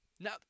Now